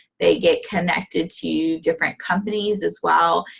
they get connected to different companies as well.